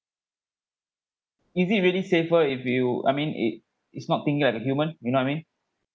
is it really safer if you I mean it it's not thinking like a human you know I mean